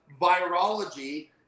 virology